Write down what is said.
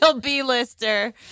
B-lister